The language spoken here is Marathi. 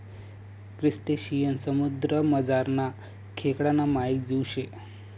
क्रसटेशियन समुद्रमझारना खेकडाना मायेक जीव शे